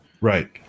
Right